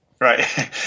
Right